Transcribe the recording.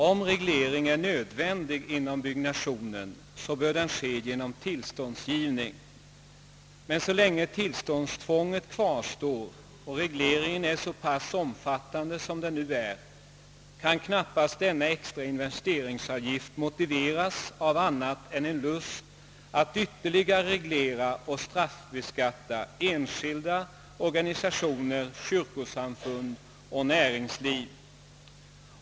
Om regleringen är nödvändig inom byggnationen, så bör den ske genom tillståndsgivning, men så länge tillståndstvånget kvarstår och regleringen är så pass omfattande som den nu är kan denna extra investeringsavgift knappast motiveras av annat än en lust att ytterligare reglera och straffbeskatta enskilda, organisationer, kyrkosamfund och näringsliv.